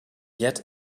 yet